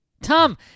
Tom